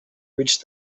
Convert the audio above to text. reached